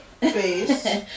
face